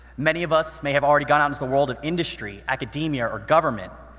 many of us may have already gone out into the world of industry, academia, or government.